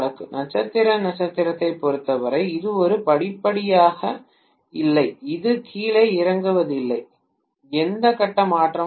நட்சத்திர நட்சத்திரத்தைப் பொருத்தவரை இது ஒரு படிப்படியாக இல்லை அல்லது கீழே இறங்குவதில்லை எந்த கட்ட மாற்றமும் இல்லை